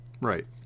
Right